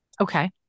Okay